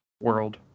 World